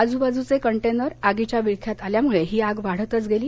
आजूबाजूचे कंटेनर आगीच्या विळख्यात आल्यामुळे ही आग वाढतच गेली